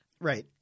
Right